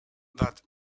that